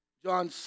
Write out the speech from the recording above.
John